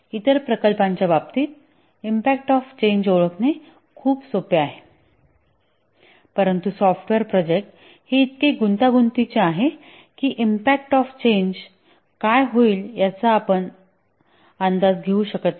तर इतर प्रकल्पांच्या बाबतीत इम्पॅक्ट ऑफ चेंज ओळखणे खूप सोपे आहे परंतु सॉफ्टवेअर प्रोजेक्ट हे इतके गुंतागुंतीचे आहे की इम्पॅक्ट ऑफ चेंज काय होईल याचा अंदाज आपण घेऊ शकत नाही